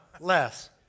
less